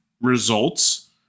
results